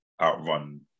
outrun